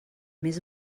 més